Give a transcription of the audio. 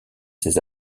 ces